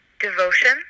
devotion